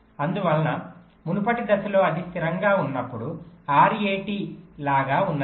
అందువల్ల మునుపటి దశలో అది స్థిరంగా ఉన్నప్పుడు RAT లాగా ఉన్నది